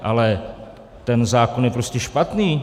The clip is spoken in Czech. Ale ten zákon je prostě špatný.